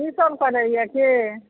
की सब करैया केँ